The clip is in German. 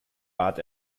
bad